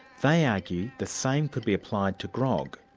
they argue the same could be applied to grog,